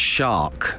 Shark